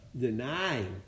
denying